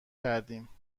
کردیم